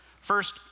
First